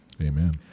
Amen